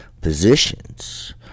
positions